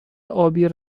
ابی